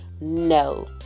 No